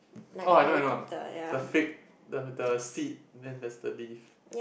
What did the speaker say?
orh I know I know I know the fig the the seed and then the leaf